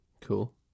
cool